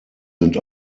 sind